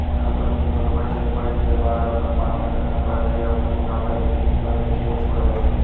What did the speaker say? company के बरोबर चल पड़े के बाद अपन पार्टनर खतम करके अपन मुनाफा लेके हिस्सा लेके छोड़ देथे